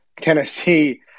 Tennessee